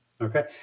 Okay